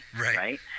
Right